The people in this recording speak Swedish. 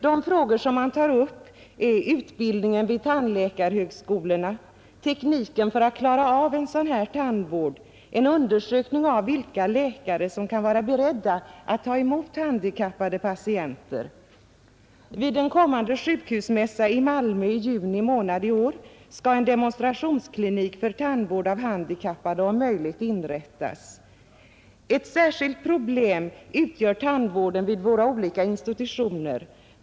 De frågor som man tar upp är utbildningen vid tandläkarhögskolorna, tekniken för att klara av en sådan här tandvård och vilka läkare som kan vara beredda att ta emot handikappade patienter. Vid en kommande sjukhusmässa i Malmö i juni månad i år skall en demonstrationsklinik för tandvård av handikappade om möjligt inrättas. Ett särskilt problem utgör tandvården vid våra olika institutioner.